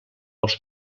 els